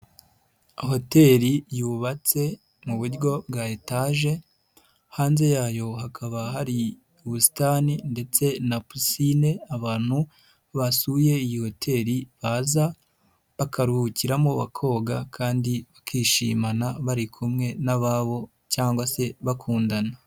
Hoteli yubatse mu buryo bwa etaje, hanze yayo hakaba hari ubusitani ndetse na pisine abantu basuye iyi hoteli baza bakaruhukiramo bakoga kandi bakishimana bari kumwe n'ababo cyangwa se bakundana.